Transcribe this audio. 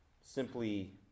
simply